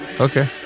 Okay